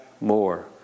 more